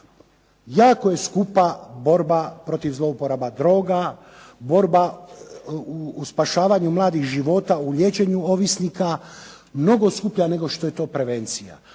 Jako je skupa borba protiv zlouporaba droga, borba u spašavanju mladih života, u liječenju ovisnika, mnogo skuplja nego što je to prevencija.